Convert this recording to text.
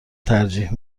ترجیح